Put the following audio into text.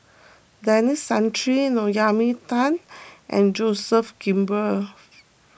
Denis Santry Naomi Tan and Joseph Grimberg